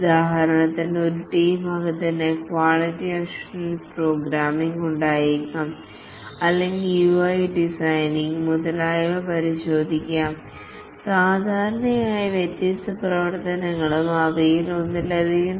ഉദാഹരണത്തിന് ഒരു ടീം അംഗത്തിന് ക്വാളിറ്റി അഷ്വറൻസ് പ്രോഗ്രാമിംഗ് ഉണ്ടായിരിക്കാം അല്ലെങ്കിൽ യുഐ ഡിസൈനിംഗ് മുതലായവ പരിശോധിച്ചേക്കാം സാധാരണയായി വ്യത്യസ്ത പ്രവർത്തനങ്ങളും അവയിൽ ഒന്നിലധികം